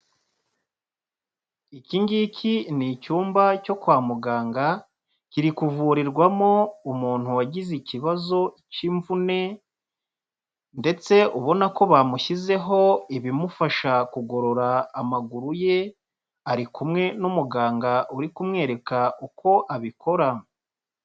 Iki ngiki ni icyumba cyo kwa muganga, kiri kuvurirwamo umuntu wagize ikibazo cy'imvune ndetse ubona ko bamushyizeho ibimufasha kugorora amaguru ye, ari kumwe n'umuganga uri kumwereka uko abikora.